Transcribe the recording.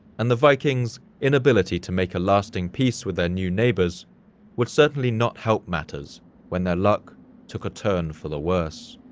and the vikings' inability to make a lasting peace with their new neighbors would certainly not help matters when their luck took a turn for the worse.